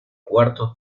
cuarto